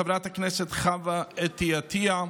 ולחברת הכנסת חוה אתי עטייה,